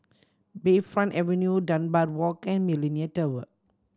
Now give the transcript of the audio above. Bayfront Avenue Dunbar Walk and Millenia Tower